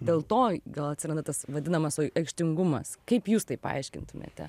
dėl to gal atsiranda tas vadinamas aikštingumas kaip jūs tai paaiškintumėte